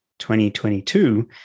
2022